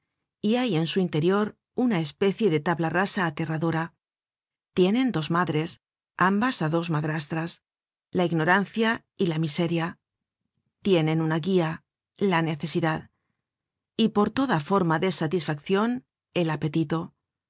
y hay en su interior una especie de tabla rasa aterradora tienen dos madres ambas á dos madrastras la ignorancia y la miseria tienen un guia la necesidad y por toda forma de satisfaccion el apetito